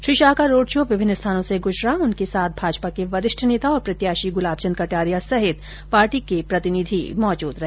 श्री शाह का road show विभिन्न स्थानों से गुजरा उनके साथ भाजपा के वरिष्ठ नेता और प्रत्याशी गुलाबचंद कटारिया सहित पार्टी के कई प्रतिनिधि मौजूद रहे